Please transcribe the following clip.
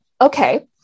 Okay